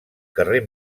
carrer